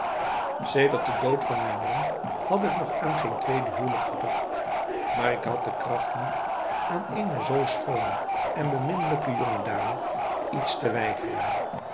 sedert den dood van mijn man had ik nog aan geen tweede huwelijk gedacht maar ik had de kracht niet aan eene zoo schoone en beminnelijke jonge dame iets te weigeren